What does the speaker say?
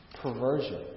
Perversion